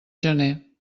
gener